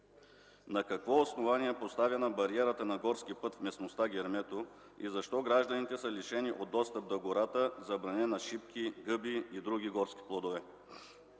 На какво основание е поставена бариерата на горски път в местността „Гермето” и защо гражданите са лишени от достъп до гора за бране на шипки, гъби и други горски плодове?